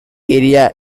area